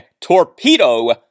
Torpedo